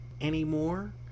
anymore